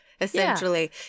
essentially